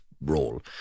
role